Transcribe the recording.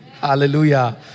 Hallelujah